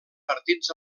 partits